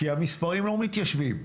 כי המספרים לא מתיישבים.